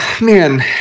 man